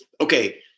okay